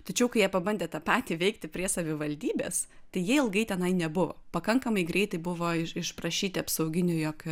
tačiau kai jie pabandė tą patį veikti prie savivaldybės tai jie ilgai tenai nebuvo pakankamai greitai buvo išprašyti apsauginių jog